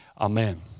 Amen